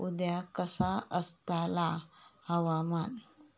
उद्या कसा आसतला हवामान?